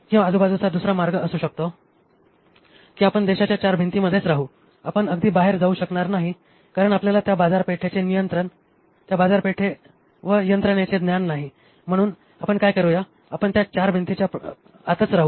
किंवा आजूबाजूचा दुसरा मार्ग असू शकतो की आपण देशाच्या चार भिंतींमध्येच राहू आपण अगदी बाहेर जाऊ शकणार नाही कारण आपल्याला त्या बाजारपेठे व यंत्रणेचे ज्ञान नाही म्हणून आपण काय करूया आपण त्या चार भिंतींच्या आतच राहू